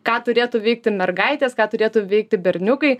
ką turėtų veikti mergaitės ką turėtų veikti berniukai